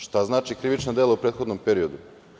Šta znači krivična dela u prethodnom periodu?